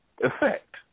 effect